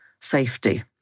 safety